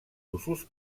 usos